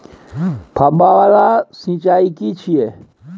फव्वारा सिंचाई की छिये?